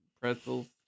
pretzels